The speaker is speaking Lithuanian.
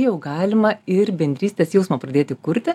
jau galima ir bendrystės jausmą pradėti kurti